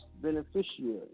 beneficiary